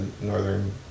Northern